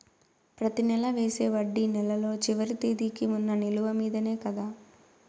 ప్రతి నెల వేసే వడ్డీ నెలలో చివరి తేదీకి వున్న నిలువ మీదనే కదా?